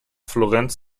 florence